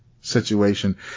situation